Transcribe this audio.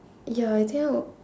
ya I think I would